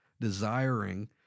desiring